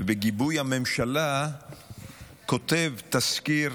ובגיבוי הממשלה כותב תזכיר